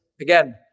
again